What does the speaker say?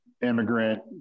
immigrant